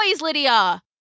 Lydia